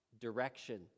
direction